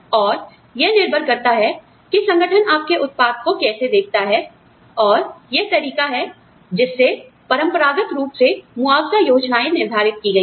और यह निर्भर करता है आप जानते हैं कि संगठन आपके उत्पाद को कैसे देखता है और यह तरीका है जिससे परंपरागत रूप से मुआवजा योजनाएं निर्धारित की गई हैं